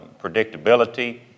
predictability